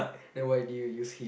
then why do you use him